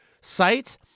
site